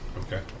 Okay